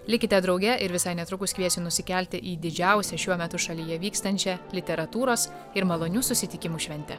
likite drauge ir visai netrukus kviesiu nusikelti į didžiausią šiuo metu šalyje vykstančią literatūros ir malonius susitikimų šventę